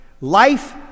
Life